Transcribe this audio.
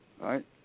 right